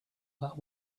that